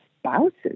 spouses